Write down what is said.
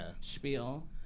spiel